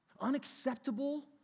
Unacceptable